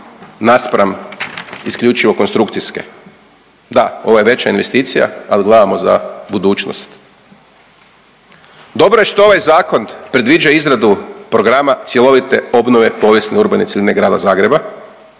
naspram isključivo konstrukcijske. Da, ovo je veća investicija, al gledamo za budućnost. Dobro je što ovaj zakon predviđa izradu programa cjelovite obnove povijesne i urbane cjeline Grada Zagreba,